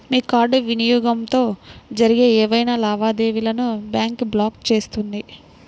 మీ card వినియోగంతో జరిగే ఏవైనా లావాదేవీలను బ్యాంక్ బ్లాక్ చేస్తుంది